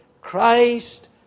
Christ